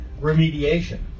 remediation